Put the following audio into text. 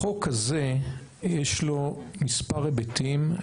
החוק הזה יש לו מספר היבטים.